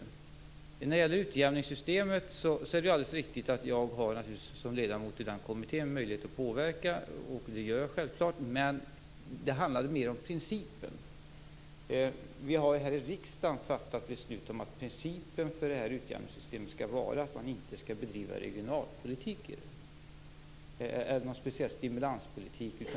När det gäller utjämningssystemet är det alldeles riktigt att jag som ledamot i den kommittén naturligtvis har möjlighet att påverka. Det gör jag självklart också. Men det handlade mer om principen. Vi har här i riksdagen fattat beslut om att principen för utjämningssystemet skall vara att man inte skall bedriva regionalpolitik eller någon speciell stimulanspolitik.